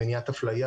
מניעת אפליה,